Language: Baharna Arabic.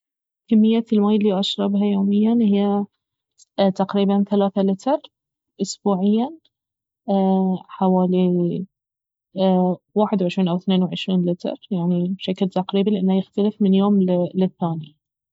كمية الماي الي اشربها يوميا اهي تقريبا ثلاثة لتر أسبوعيا حوالي واحد وعشرين او اثنين وعشرين لتر يعني بشكل تقريبي لانه يختلف من يوم للثاني